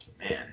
Man